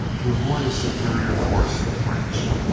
to avoid a superior force of french.